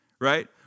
Right